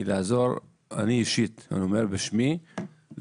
אני אומר בשמי,